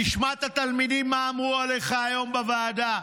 תשמע את התלמידים, מה אמרו עליך היום בוועדה.